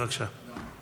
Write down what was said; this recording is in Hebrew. (אומר